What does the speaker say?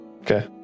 Okay